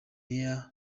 nearby